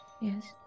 yes